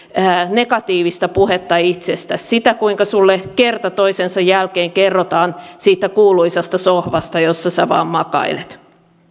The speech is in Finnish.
negatiivista puhetta itsestäsi sitä kuinka sinulle kerta toisensa jälkeen kerrotaan siitä kuuluisasta sohvasta jossa sinä vain makailet